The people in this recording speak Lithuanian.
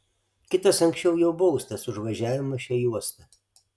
kitas anksčiau jau baustas už važiavimą šia juosta